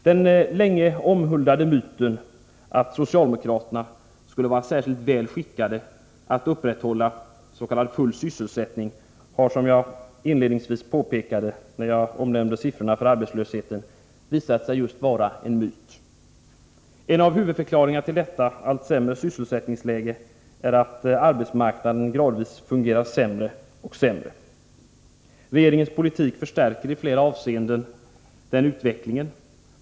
Den länge omhuldade myten att socialdemokraterna skulle vara särskilt väl skickade att upprätthålla s.k. full sysselsättning har, som jag inledningsvis påpekade när jag redovisade siffror för arbetslösheten, under senare tid visat sig vara en myt. En av huvudförklaringarna till det allt sämre sysselsättningsläget är att arbetsmarknaden gradvis fungerar sämre och sämre. Regeringens politik förstärker i flera avseenden den utvecklingen.